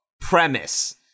premise